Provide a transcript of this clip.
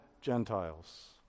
Gentiles